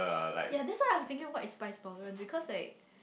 yeah that's why I was thinking like what is spice tolerance because like